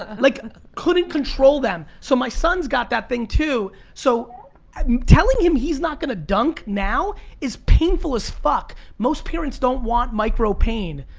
like couldn't control them, so my son's got that thing, too, so um telling him he's not gonna dunk now is painful as fuck. most parents don't want micro pain.